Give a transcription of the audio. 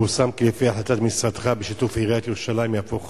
פורסם כי לפי החלטת משרדך בשיתוף עיריית ירושלים יהפוך